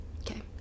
okay